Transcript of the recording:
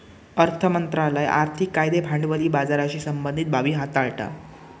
अर्थ मंत्रालय आर्थिक कायदे भांडवली बाजाराशी संबंधीत बाबी हाताळता